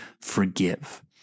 forgive